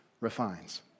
refines